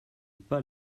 pas